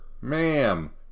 ma'am